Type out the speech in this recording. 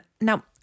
Now